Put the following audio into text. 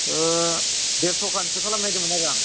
देरस'खानसो खालामनो नागिरदोंमोन आरो आं